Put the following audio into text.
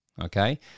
okay